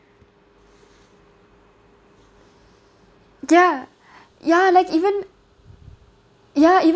ya ya like even ya even